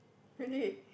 really